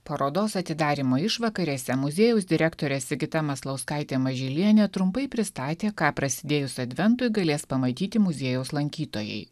parodos atidarymo išvakarėse muziejaus direktorė sigita maslauskaitė mažylienė trumpai pristatė ką prasidėjus adventui galės pamatyti muziejaus lankytojai